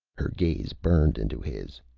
her gaze burned into his.